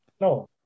no